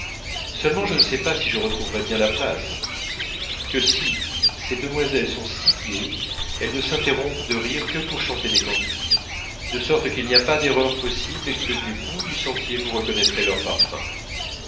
seulement je ne sais pas si je retrouverai bien la place que si ces demoiselles sont si gaies elles ne s'interrompent de rire que pour chanter des cantiques de sorte qu'il n'y a pas d'erreur possible et que du bout du sentier vous reconnaîtrez leur parfum